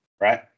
right